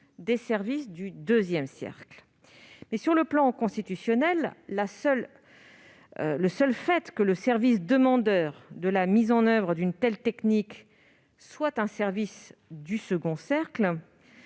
des services du second cercle. D'autre part, d'un point de vue constitutionnel, le seul fait que le service demandeur de la mise en oeuvre d'une telle technique soit un service du second cercle